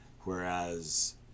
Whereas